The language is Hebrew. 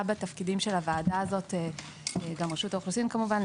בתפקידים של הוועדה הזאת וגם של רשות האוכלוסין כמובן,